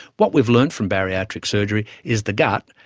what we've learned from bariatric surgery is the gut,